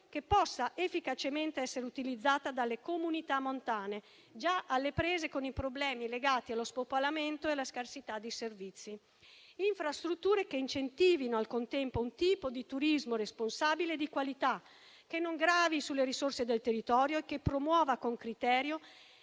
che possa efficacemente essere utilizzata dalle comunità montane, già alle prese con i problemi legati allo spopolamento e alla scarsità di servizi; infrastrutture che incentivino al contempo un tipo di turismo responsabile e di qualità, che non gravi sulle risorse del territorio e che promuova con criterio